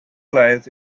lies